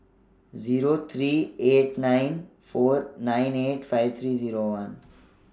Zero eight nine four nine eight five three Zero one